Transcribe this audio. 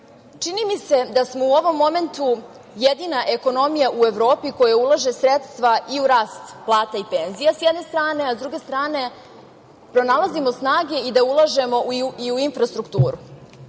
evra. Čini mi se da smo u ovom momentu jedina ekonomija u Evropi koja ulaže sredstva i u rast plata i penzija, s jedne strane, a s druge strane, pronalazimo snage i da ulažemo i u infrastrukturu,